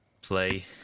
play